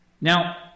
Now